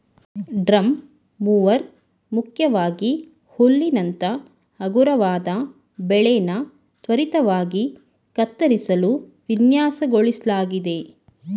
drum mower ಮುಖ್ಯವಾಗಿ ಹುಲ್ಲಿನಂತ ಹಗುರವಾದ ಬೆಳೆನ ತ್ವರಿತವಾಗಿ ಕತ್ತರಿಸಲು ವಿನ್ಯಾಸಗೊಳಿಸ್ಲಾಗಿದೆ